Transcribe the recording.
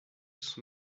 son